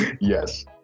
Yes